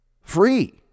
Free